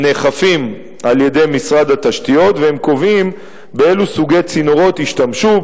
הם נאכפים על-ידי משרד התשתיות והם קובעים באילו סוגי צינורות ישתמשו,